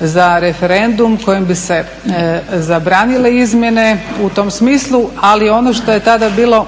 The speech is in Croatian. za referendum kojim bi se zabranile izmjene u tom smislu, ali ono što je tada bilo